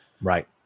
Right